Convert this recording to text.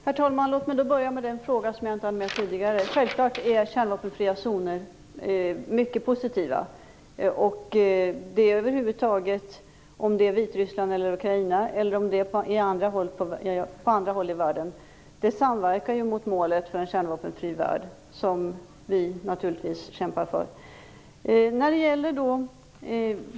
Herr talman! Låt mig börja med den fråga jag inte hann med att besvara tidigare. Självklart är kärnvapenfria zoner något mycket positivt. Det gäller över huvud taget, oavsett om det gäller Vitryssland, Ukraina eller länder på andra håll i världen. Kärnvapenfria zoner är ett steg mot målet, en kärnvapenfri värld, som vi naturligtvis kämpar för.